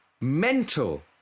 mental